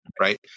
Right